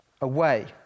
away